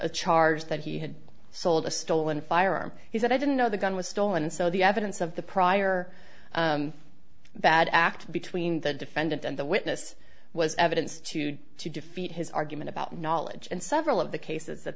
charge that he had sold a stolen firearm he said i didn't know the gun was stolen so the evidence of the prior bad act between the defendant and the witness was evidence to do to defeat his argument about knowledge and several of the cases that